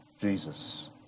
Jesus